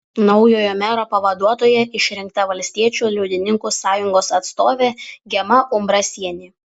naujojo mero pavaduotoja išrinkta valstiečių liaudininkų sąjungos atstovė gema umbrasienė